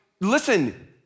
listen